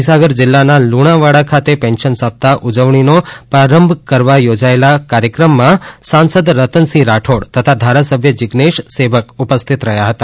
મહીસાગર જિલ્લાના લુણાવાડા ખાતે પેન્શન સપ્તાહ ઉજવણીનો પ્રારંભ કરવા યોજાયેલા કાર્યક્રમ માં સાંસદ રતનસિંહ રાઠોડ તથા ધારાસભ્ય જિઝેશ સેવક ઉપસ્થિત હતા